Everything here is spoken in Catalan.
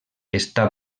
està